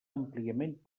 àmpliament